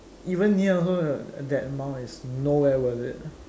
even near also that amount is nowhere worth it